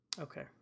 Okay